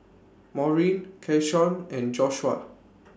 Maurine Keshawn and Joshuah